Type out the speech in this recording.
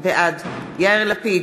בעד יאיר לפיד,